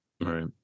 Right